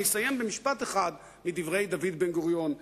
אסיים במשפט אחד מדברי דוד בן-גוריון,